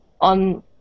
on